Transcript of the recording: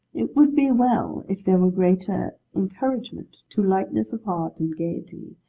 it would be well, if there were greater encouragement to lightness of heart and gaiety,